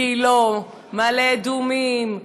גילה, מעלה אדומים,